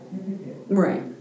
Right